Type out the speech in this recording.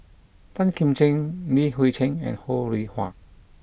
Tan Kim Ching Li Hui Cheng and Ho Rih Hwa